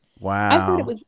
Wow